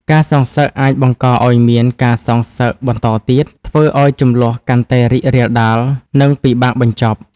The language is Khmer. ការសងសឹកអាចបង្កឲ្យមានការសងសឹកបន្តទៀត ធ្វើឲ្យជម្លោះកាន់តែរីករាលដាល និងពិបាកបញ្ចប់។